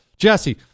Jesse